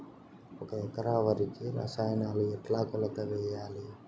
ఒక ఎకరా వరికి రసాయనాలు ఎట్లా కొలత వేయాలి?